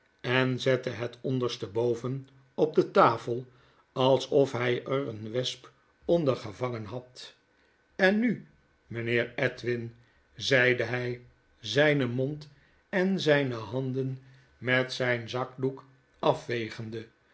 en zette het ondersteboven op de tafel alsof hij er een wesp onder gevangen had en nu mijnheer edwin zeide hij zijn mond en zijne handen met zijn zakdoek afvegende